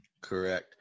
Correct